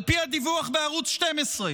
על פי הדיווח בערוץ 12,